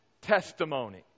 testimony